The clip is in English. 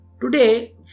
Today